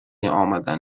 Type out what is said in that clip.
امدن